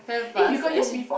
very fast